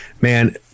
Man